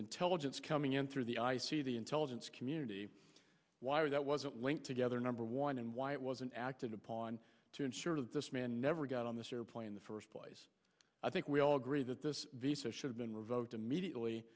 intelligence coming in through the i c the intelligence community why that wasn't linked together number one and why it wasn't acted upon to ensure that this man never got on this or play in the first place i think we all agree that this visa should have been revoked immediately